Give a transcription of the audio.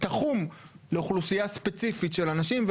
תחום לאוכלוסייה ספציפית של אנשים,